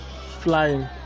flying